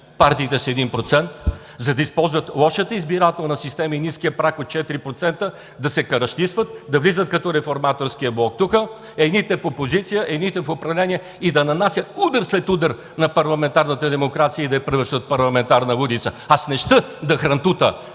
партиите с 1%, за да използват лошата избирателна система и ниския праг от 4%, да се каращисват, да влизат като Реформаторския блок тук – едните в опозиция, едните в управление, да нанасят удар след удар на парламентарната демокрация и да я превръщат в парламентарна лудница?! Аз не ща да хрантутя